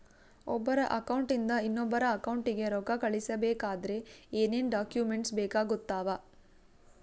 ಒಬ್ಬರ ಅಕೌಂಟ್ ಇಂದ ಇನ್ನೊಬ್ಬರ ಅಕೌಂಟಿಗೆ ರೊಕ್ಕ ಕಳಿಸಬೇಕಾದ್ರೆ ಏನೇನ್ ಡಾಕ್ಯೂಮೆಂಟ್ಸ್ ಬೇಕಾಗುತ್ತಾವ?